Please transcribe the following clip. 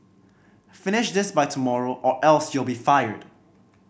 finish this by tomorrow or else you'll be fired